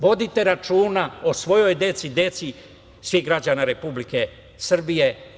Vodite računa o svojoj deci, deci svih građana Republike Srbije.